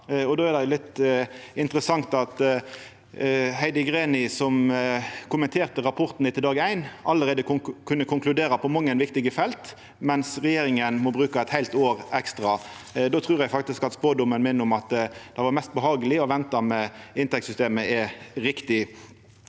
det litt interessant at Heidi Greni, som kommenterte rapporten etter dag éin, allereie kunne konkludera på mange viktige felt, mens regjeringa må bruka eit heilt år eks tra. Då trur eg faktisk at spådomen min om at det var mest behageleg å venta med inntektssystemet, er riktig.